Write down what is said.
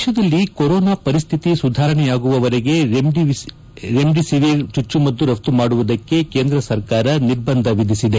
ದೇಶದಲ್ಲಿ ಕೊರೋನಾ ಪರಿಶ್ಠಿತಿ ಸುಧಾರಣೆಯಾಗುವವರೆಗೆ ರೆಮ್ಡಿಸಿವಿರ್ ಚುಚ್ಚುಮದ್ದು ರಫ್ತ ಮಾಡುವುದಕ್ಕೆ ಕೇಂದ್ರ ಸರ್ಕಾರ ನಿರ್ಬಂಧ ವಿಧಿಸಿದೆ